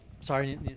Sorry